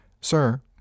Sir